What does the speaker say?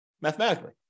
mathematically